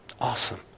Awesome